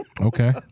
Okay